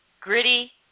gritty